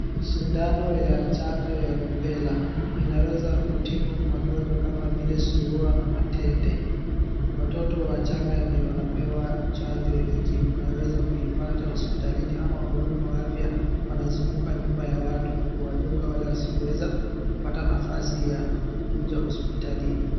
Shindano ya chanjo ya rubella inaweza kutibu magonjwa kama vile surua na matende. Watoto wachanga ndio wanapewa chanjo hiki, unaweza kuipata hospitalini ama wahudumu wa afya wanazunguka nyumba ya watu kuwadunga wale wasioweza kupata nafasi ya kukuja hospitalini.